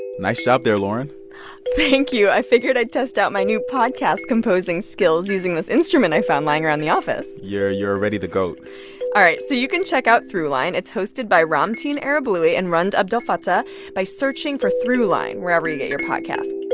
and nice job there, lauren thank you. i figured i'd test out my new podcast composing skills using this instrument i found lying around the office you're already the goat all right, so you can check out throughline it's hosted by ramtin arablouei and rund abdelfatah by searching for throughline wherever you get your podcasts